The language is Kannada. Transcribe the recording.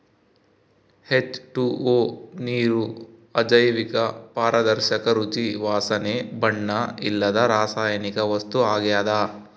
ಹೆಚ್.ಟು.ಓ ನೀರು ಅಜೈವಿಕ ಪಾರದರ್ಶಕ ರುಚಿ ವಾಸನೆ ಬಣ್ಣ ಇಲ್ಲದ ರಾಸಾಯನಿಕ ವಸ್ತು ಆಗ್ಯದ